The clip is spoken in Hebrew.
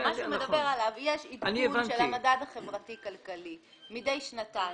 יש עדכון של המדד חברתי-כלכלי מידי שנתיים.